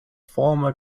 former